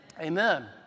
Amen